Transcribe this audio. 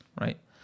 right